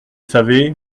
savez